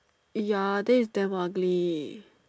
ya then it's damn ugly